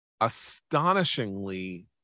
astonishingly